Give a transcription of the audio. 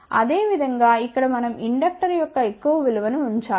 అదేవిధంగా ఇక్కడ మనం ఇండక్టర్ యొక్క ఎక్కువ విలువను ఉంచాలి